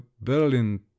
berlin